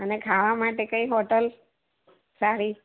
અને ખાવા માટે કઈ હોટલ સારી